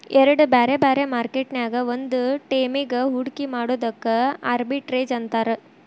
ಎರಡ್ ಬ್ಯಾರೆ ಬ್ಯಾರೆ ಮಾರ್ಕೆಟ್ ನ್ಯಾಗ್ ಒಂದ ಟೈಮಿಗ್ ಹೂಡ್ಕಿ ಮಾಡೊದಕ್ಕ ಆರ್ಬಿಟ್ರೇಜ್ ಅಂತಾರ